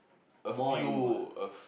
more in what